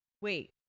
Wait